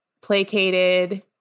placated